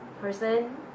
person